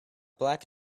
black